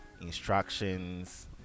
instructions